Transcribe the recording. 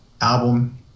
album